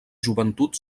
joventut